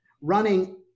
running